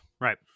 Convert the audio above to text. right